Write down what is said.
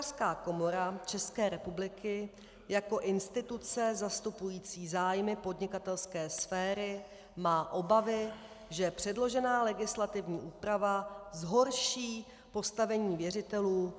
Hospodářská komora České republiky jako instituce zastupující zájmy podnikatelské sféry má obavy, že předložená legislativní úprava zhorší postavení věřitelů...